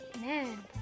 Man